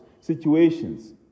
situations